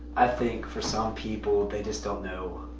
i think for some people, they just don't know.